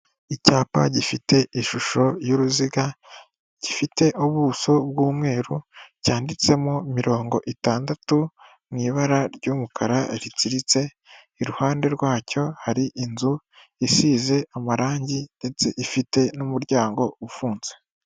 Icyapa gifite ishusho y'uruziga, gifite ubuso bw'umweru cyanditsemo mirongo itandatu mu ibara ry'umukara ritsiritse, iruhande rwacyo hari inzu isize amarangi ndetse ifite n'umuryango ufunze.